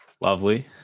Lovely